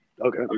Okay